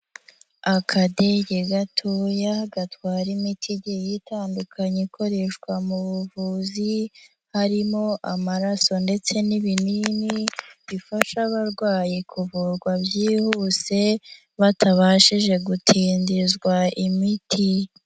Akadege gatoya gatwara imiti igiye itandukanye ikoreshwa mu buvuzi, harimo amaraso ndetse n'ibinini, bifasha abarwayi kuvurwa byihuse batabashije gutindizwa imiti.